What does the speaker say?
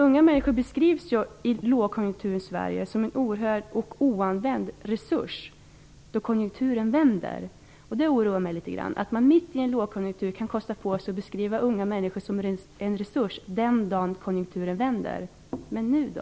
Unga människor beskrivs i långkonjunkturens Sverige som en oanvänd resurs, som kommer att finnas tillgänglig då konjunkturen vänder. Det oroar mig litet grand att man mitt i en lågkonjunktur kan kosta på sig att beskriva unga människor som en resurs den dag då konjunkturen vänder. Men nu då?